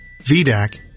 VDAC